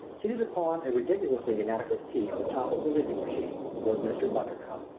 seated upon a ridiculously inadequate seat on the top of a reaping machine, was mr. bundercombe.